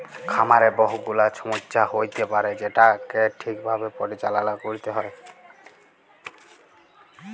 খামারে বহু গুলা ছমস্যা হ্য়য়তে পারে যেটাকে ঠিক ভাবে পরিচাললা ক্যরতে হ্যয়